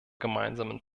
gemeinsamen